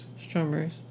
Strawberries